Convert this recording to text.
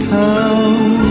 town